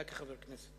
אתה, כחבר הכנסת.